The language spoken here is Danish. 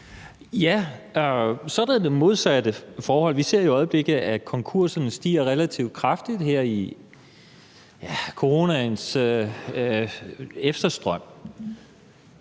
Ja, og så er der det modsatte forhold. Vi ser i øjeblikket, at antallet af konkurser stiger relativt kraftigt her i kølvandet